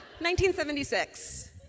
1976